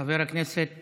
חבר הכנסת מלכיאלי.